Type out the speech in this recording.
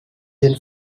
den